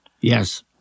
Yes